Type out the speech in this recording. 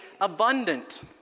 abundant